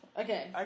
okay